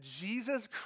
Jesus